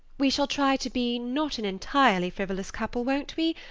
we shall try to be not an entirely frivolous couple, won't we?